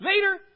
later